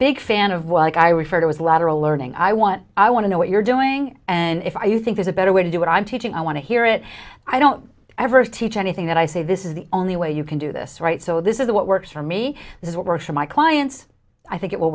big fan of what i refer to as lateral learning i want i want to know what you're doing and if i you think there's a better way to do what i'm teaching i want to hear it i don't ever teach anything that i say this is the only way you can do this right so this is what works for me is what works for my clients i think it will